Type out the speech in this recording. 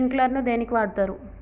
Sprinkler ను దేనికి వాడుతరు?